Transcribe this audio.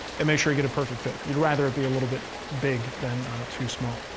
and make sure you get a perfect fit. you'd rather it be a little bit big than too small.